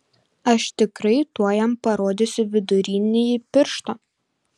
aš tikrai tuoj jam parodysiu vidurinįjį pirštą